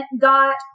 got